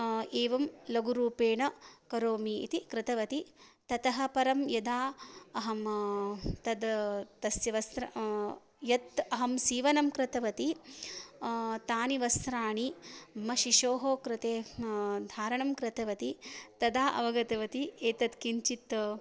एवं लघुरूपेण करोमि इति कृतवती ततः परं यदा अहं तत् तस्य वस्त्रं यत् अहं सीवनं कृतवती तानि वस्त्राणि मम शिशोः कृते धारणं कृतवती तदा अवगतवती एतत् किञ्चित्